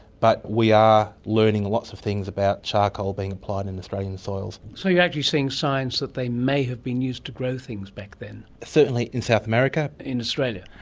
but we are learning lots of things about charcoal being applied in australian soils. so you're actually seeing signs that they may have been used to grow things back then. certainly in south america. in australia?